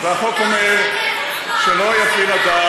והחוק אומר שלא יפעיל אדם,